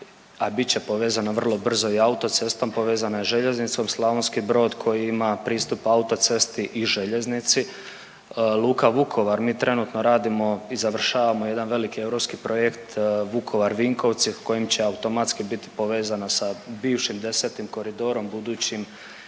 a bit će povezana vrlo brzo i autocestom, povezana je željeznicom, Slavonski Brod koji ima pristup autocesti i željeznici, Luka Vukovar, mi trenutno radimo i završavamo jedan veliki europski projekt Vukovar-Vinkovci kojim će automatski bit povezano sa bivšim 10. koridorom, budućim